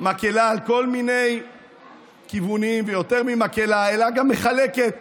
מקילה בכל מיני כיוונים, ויותר ממקילה, גם מחלקת